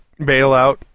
bailout